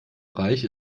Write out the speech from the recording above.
bereich